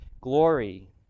glory